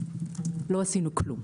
לא עשינו כלום.